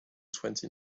twenty